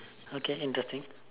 okay interesting